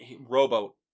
Robo